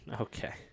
Okay